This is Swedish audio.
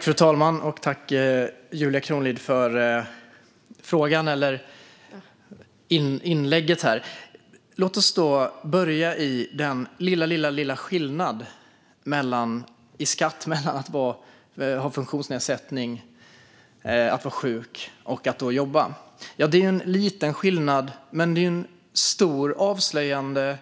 Fru talman! Jag tackar Julia Kronlid för inlägget. Låt oss börja med den lilla lilla skillnaden i skatt mellan dem som har funktionsnedsättning eller är sjuka och dem som jobbar. Det är en liten skillnad, men den avslöjar mycket om